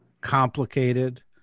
complicated